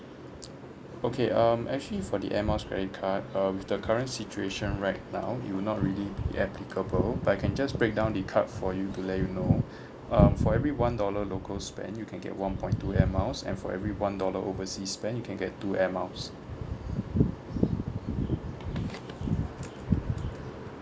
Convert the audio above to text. okay um actually for the Air Miles credit card err with the current situation right now it will not really be applicable but I can just break down the card for you to let you know um for every one dollar local spend you can get one point two Air Miles and for every one dollar overseas spend you can get two Air Miles